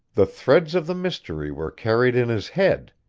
the threads of the mystery were carried in his head,